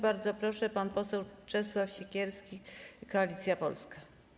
Bardzo proszę, pan poseł Czesław Siekierski, Koalicja Polska.